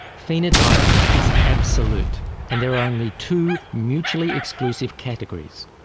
phenotype is absolute and there are only two mutually exclusive categories,